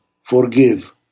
forgive